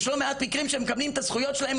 יש לא מעט מקרים שמקבלים את הזכויות שלהם,